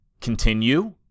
continue